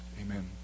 Amen